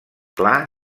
clar